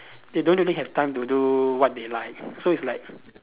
they don't really have time to do what they like so it's like